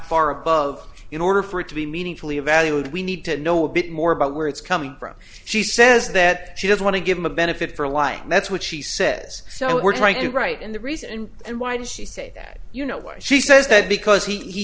far above in order for it to be meaningfully evaluated we need to know a bit more about where it's coming from she says that she doesn't want to give him a benefit for a lie and that's what she says so we're trying to write in the reason and why did she say that you know why she says that because he